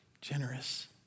generous